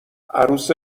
عروس